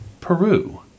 Peru